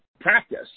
practice